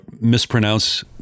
mispronounce